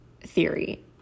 theory